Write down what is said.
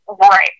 Right